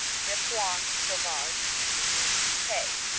de foin, fromage see hay.